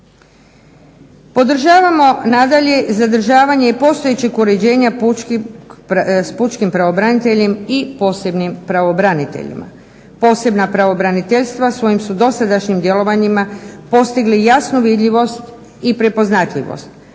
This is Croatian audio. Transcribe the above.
Podržavamo nadalje i zadržavanje i postojećeg uređenja s pučkim pravobraniteljem i posebnim pravobraniteljima. Posebna pravobraniteljstva svojim su dosadašnjim djelovanjima postigli jasnu vidljivost i prepoznatljivost.